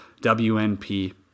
WNP